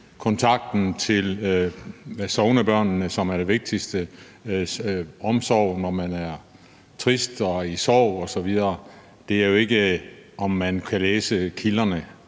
kontakten til sognebørnene, som er det vigtigste, altså omsorgen, når man er trist og er i sorg osv.; det er jo ikke, om man kan læse kilderne